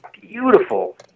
beautiful